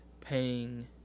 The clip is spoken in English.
paying